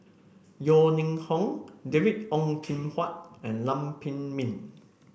Yeo Ning Hong David Ong Kim Huat and Lam Pin Min